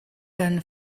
gun